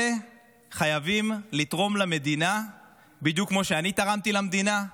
אלה חייבים לתרום למדינה בדיוק כמו שאני תרמתי למדינה,